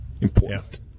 important